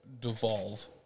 devolve